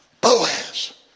Boaz